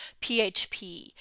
PHP